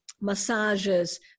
massages